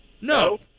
No